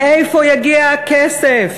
'מאיפה יגיע הכסף?